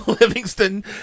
Livingston